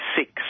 six